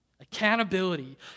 Accountability